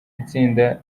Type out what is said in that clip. itsinda